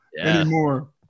anymore